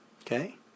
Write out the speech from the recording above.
Okay